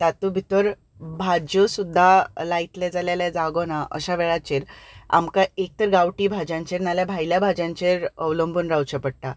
तातूंत भितर भाज्यो सुद्दा लायतले जाल्यार जागो ना अश्या वेळाचेर आमकां एक तर गांवठी भाज्यांचेर ना जाल्यार भायल्या भाज्यांचेर अवलंबून रावचें पडटा